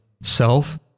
self